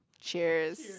cheers